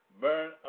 burn